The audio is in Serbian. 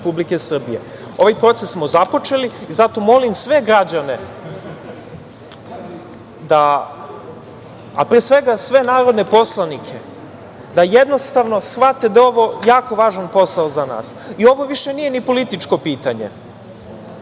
Republike Srbije. Ovaj proces smo započeli, zato molim sve građane, a pre svega, sve narodne poslanike da jednostavno shvate da je ovo jako važan posao za nas i ovo više nije ni političko pitanje,